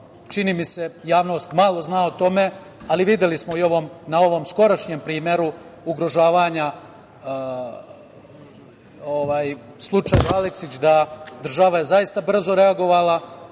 čini mi se, javnost malo zna o tome, ali videli smo na ovom skorašnjem primeru ugrožavanja, slučaj Aleksić, da je država brzo reagovala.